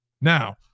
Now